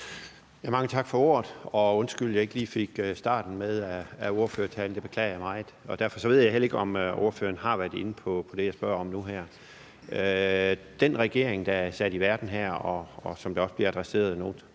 Mange tak for ordet. Undskyld, at jeg ikke lige fik starten af ordførertalen med. Det beklager jeg meget, og derfor ved jeg heller ikke, om ordføreren har været inde på det, jeg spørger om nu her. Den regering, der er sat i verden her, er jo, som det også bliver adresseret nogle steder